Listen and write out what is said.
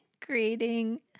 creating